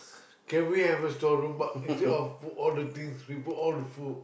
can we have a store room but instead of put all the things we put all the food